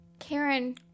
Karen